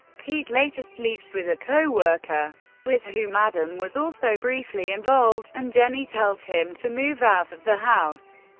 pete later sleeps with a co-worker with whom adam was also briefly involved and jenny tells him to move out of the house.